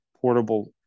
portable